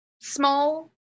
small